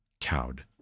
cowed